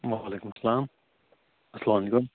وعلیکُم سلام اَسلامُ علیکُم